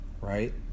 right